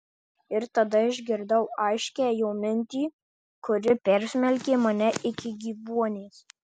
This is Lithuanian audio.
ir tada išgirdau aiškią jo mintį kuri persmelkė mane iki gyvuonies